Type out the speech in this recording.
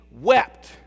wept